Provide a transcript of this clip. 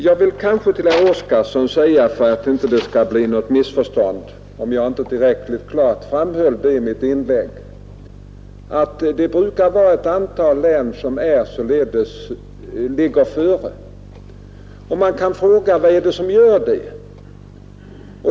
Jag vill för att det inte skall uppstå något missförstånd säga till herr Oskarson, om jag inte tillräckligt klart framhöll det i mitt inlägg, att vissa län brukar ligga före när det blir bättre tider. Man kan fråga sig vad som är anledningen till detta.